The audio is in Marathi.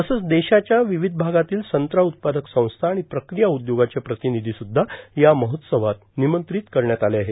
तसंच देशाच्या र्वावध भागातील संत्रा उत्पादक संस्था र्आण प्रक्रिया उदयोगाचे प्रार्तानधी सुद्धा या महोत्सवात र्मनमंत्रित करण्यात आले आहे